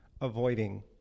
avoiding